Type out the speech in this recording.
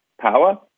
power